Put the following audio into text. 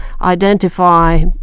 identify